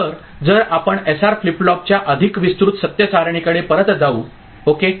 तर जर आपण एसआर फ्लिप फ्लॉप च्या अधिक विस्तृत सत्य सारणीकडे परत जाऊ ओके